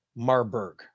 Marburg